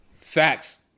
Facts